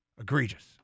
egregious